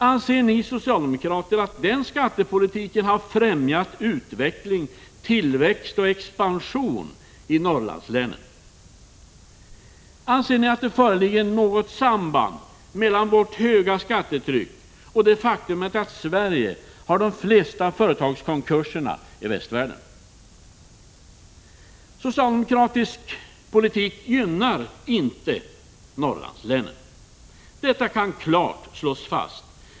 Anser ni socialdemokrater att den skattepolitiken har främjat utveckling, tillväxt och expansion i Norrlandslänen? Anser ni att det föreligger något samband mellan vårt höga skattetryck och det faktum att Sverige har de flesta företagskonkurserna i västvärlden? Socialdemokratisk politik gynnar inte Norrlandslänen — detta kan klart slås fast.